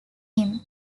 him